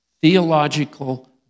theological